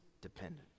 dependent